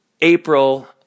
April